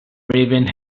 raven